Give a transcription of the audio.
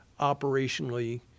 Operationally